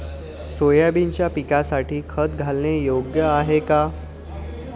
सोयाबीनच्या पिकासाठी खत घालणे योग्य आहे का?